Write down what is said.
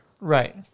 Right